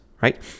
right